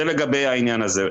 זה לגבי העניין הזה.